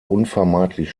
unvermeidlich